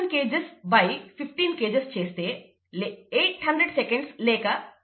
12000 Kgs by 15 Kgs చేస్తే 800 s లేక 13